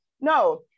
No